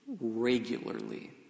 regularly